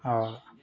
और